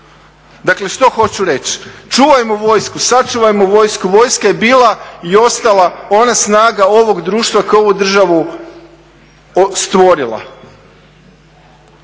Dakle, što hoću reći? Čuvajmo vojsku, sačuvajmo vojsku, vojska je bila i ostala ona snaga onog društva koja je ovu državu stvorila.